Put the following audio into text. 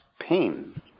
pain